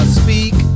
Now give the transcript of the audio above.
speak